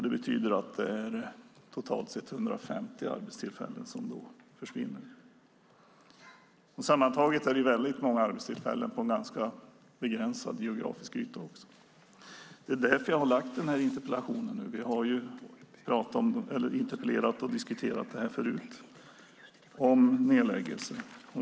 Det betyder att det totalt sett är 150 arbetstillfällen som försvinner. Sammantaget är det väldigt många arbetstillfällen som har försvunnit på en ganska begränsad geografisk yta. Det är därför jag har skrivit den här interpellationen. Vi har interpellerat och diskuterat nedläggelser förut.